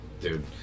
dude